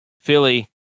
Philly